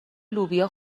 لوبیا